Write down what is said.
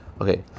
Okay